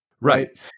Right